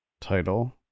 title